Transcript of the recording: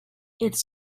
its